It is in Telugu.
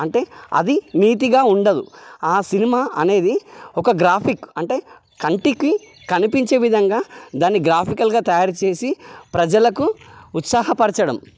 అంటే అవి నీతిగా ఉండదు ఆ సినిమా అనేది ఒక గ్రాఫిక్ అంటే కంటికి కనిపించే విధంగా దాన్ని గ్రాఫికల్గా తయారు చేసి ప్రజలకు ఉత్సాహపరచడం